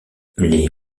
les